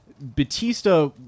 Batista